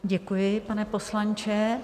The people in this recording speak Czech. Děkuji, pane poslanče.